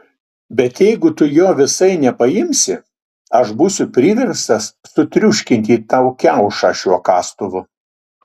bet jeigu tu jo visai nepaimsi aš būsiu priverstas sutriuškinti tau kiaušą šiuo kastuvu